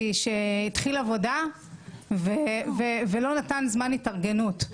שהתחיל עבודה ולא נתן זמן התארגנות.